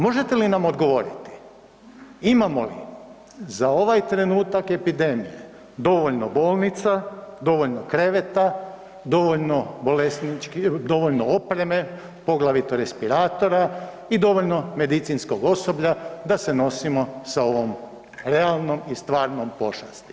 Možete li nam odgovoriti, imamo li za ovaj trenutak epidemije dovoljno bolnica, dovoljno kreveta, dovoljno bolesnički, dovoljno opreme, poglavito respiratora i dovoljno medicinskog osoblja da se nosimo sa ovom realnom i stvarnom pošasti?